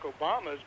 Obama's